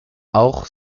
auch